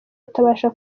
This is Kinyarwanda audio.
utabasha